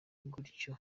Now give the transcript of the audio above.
gutyo